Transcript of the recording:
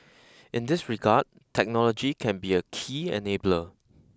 in this regard technology can be a key enabler